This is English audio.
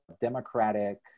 democratic